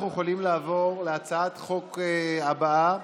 אנחנו יכולים לעבור להצעת חוק הבאה,